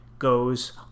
goes